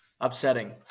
Upsetting